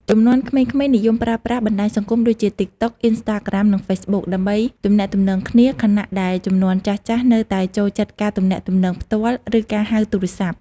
ជំនាន់ក្មេងៗនិយមប្រើប្រាស់បណ្តាញសង្គមដូចជា តិកតុក, អុិនស្តាក្រាម, និងហ្វេសប៊ុក ដើម្បីទំនាក់ទំនងគ្នា ខណៈដែលជំនាន់ចាស់ៗនៅតែចូលចិត្តការទំនាក់ទំនងផ្ទាល់ ឬការហៅទូរស័ព្ទ។